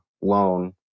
loan